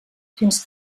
fins